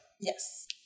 yes